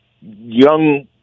young